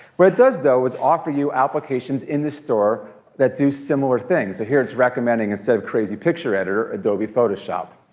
what it does though is offer you applications in the store that do similar things. so here it's recommending instead of crazy picture editor, adobe photoshop.